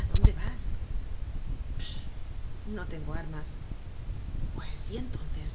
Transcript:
a dónde vas pst no tengo armas pues y entonces